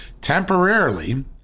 temporarily